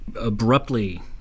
abruptly